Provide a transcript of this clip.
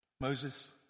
Moses